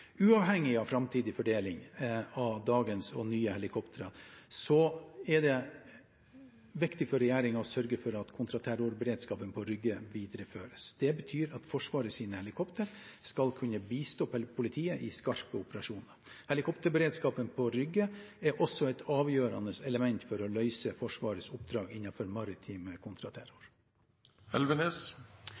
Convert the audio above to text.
Uavhengig av framtidig fordeling av dagens og nye helikoptre er det viktig for regjeringen å sørge for at kontraterrorberedskapen på Rygge videreføres. Det betyr at Forsvarets helikoptre skal kunne bistå politiet i skarpe operasjoner. Helikopterberedskapen på Rygge er også et avgjørende element for å løse Forsvarets oppdrag